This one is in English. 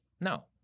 No